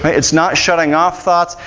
but it's not shutting off thoughts,